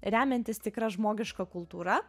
remiantis tikra žmogiška kultūra